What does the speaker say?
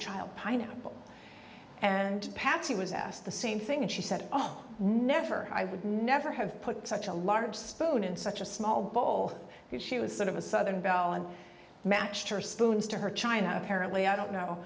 child pineapple and patsy was asked the same thing and she said oh never i would never have put such a large spoon in such a small bowl because she was sort of a southern belle and matched her spoons to her china apparently i don't